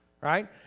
right